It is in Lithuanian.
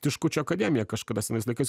tiškučio akademiją kažkada senais laikais